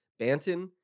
Banton